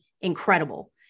incredible